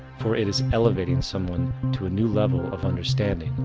for it is elevating someone to a new level of understanding,